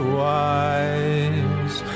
wise